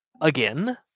again